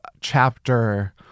chapter